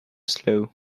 slow